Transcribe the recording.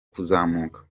kuzamuka